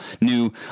new